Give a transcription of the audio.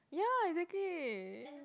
ya exactly